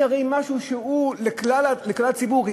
היא הרי קיימת בכלל הציבור.